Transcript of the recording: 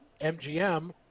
MGM